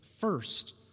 first